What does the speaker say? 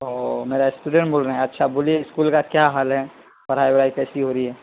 اوہ میرے اسٹوڈینٹ بول رہے ہیں اچھا بولیے اسکول کا کیا حال ہے پڑھائی وڑھائی کیسی ہو رہی ہے